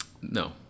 No